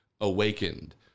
awakened